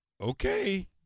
Okay